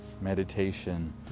meditation